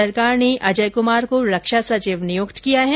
सरकार ने अजय कुमार को रक्षा सचिव नियुक्त किया है